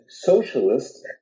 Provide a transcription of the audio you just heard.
socialist